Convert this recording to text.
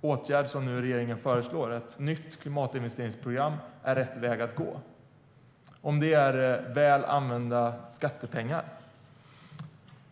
åtgärd som regeringen nu föreslår, ett nytt klimatinvesteringsprogram, är rätt väg att gå, om det är väl använda skattepengar.